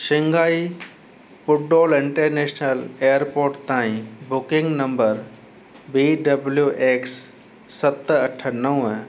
Shanghai हुगडॉल international airport ताईं booking number W X सत अठ नव